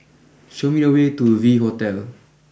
show me the way to V Hotel